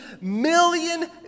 million